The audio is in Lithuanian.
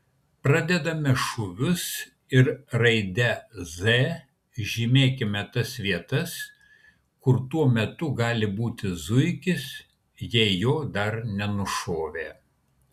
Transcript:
pradedame šūvius ir raide z žymėkime tas vietas kur tuo metu gali būti zuikis jei jo dar nenušovė